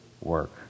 work